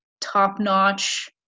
top-notch